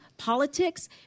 Politics